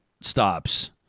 stops